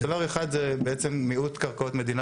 דבר אחד זה בעצם מיעוט קרקעות מדינה